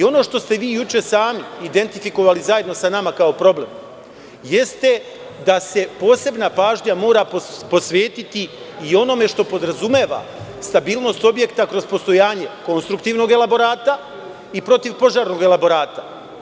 Ono što ste vi juče sami identifikovali zajedno sa nama kao problem jeste da se posebna pažnja mora posvetiti i onome što podrazumeva stabilnost objekta kroz postojanje konstruktivnog elaborata i protiv požarnog elaborata.